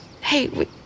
hey